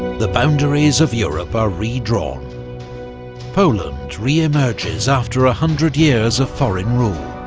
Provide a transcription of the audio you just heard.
the boundaries of europe are redrawn poland re-emerges after a hundred years of foreign rule.